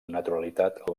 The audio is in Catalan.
naturalitat